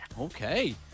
Okay